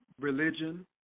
religion